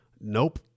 Nope